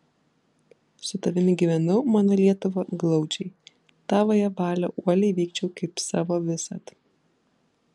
su tavimi gyvenau mano lietuva glaudžiai tavąją valią uoliai vykdžiau kaip savo visad